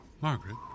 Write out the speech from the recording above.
Margaret